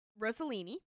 Rossellini